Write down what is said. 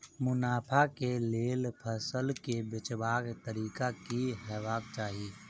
मुनाफा केँ लेल फसल केँ बेचबाक तरीका की हेबाक चाहि?